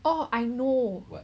oh I know